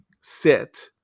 sit